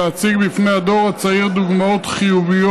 להציג בפני הדור הצעיר דוגמאות חיוביות